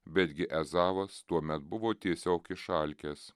betgi ezavas tuomet buvo tiesiog išalkęs